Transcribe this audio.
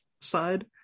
side